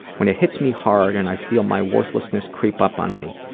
when it hits me hard and i feel my worthlessness creep up on me,